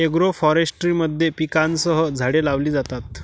agroforestry मध्ये पिकांसह झाडे लावली जातात